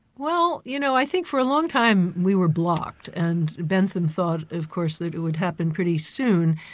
well you know, i think for a long time we were blocked, and bentham thought of course that it would happen pretty soon,